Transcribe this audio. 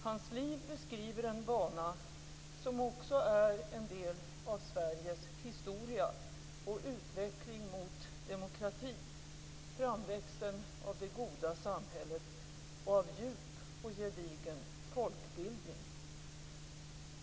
Hans liv beskriver en bana som också är en del av Sveriges historia och utveckling mot demokrati, framväxten av det goda samhället och av djup och gedigen folkbildning.